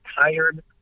tired